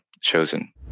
chosen